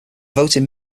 voting